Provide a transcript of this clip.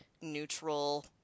neutral